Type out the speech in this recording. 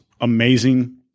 amazing